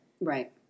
Right